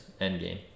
Endgame